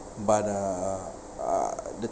but err the